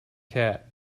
cat